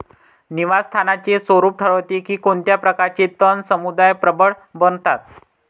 निवास स्थानाचे स्वरूप ठरवते की कोणत्या प्रकारचे तण समुदाय प्रबळ बनतात